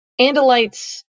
Andalites